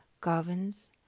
governs